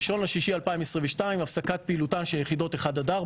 ב-1 ביוני 2022 הפסקת פעילותן של יחידות 1-4